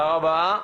תודה רבה,